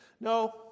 No